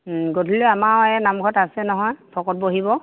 ওম গধূলিলৈ আমাৰো এয়া নামঘৰত আছে নহয় ভকত বহিব